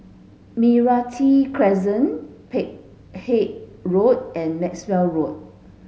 Meranti Crescent Peck Hay Road and Maxwell Road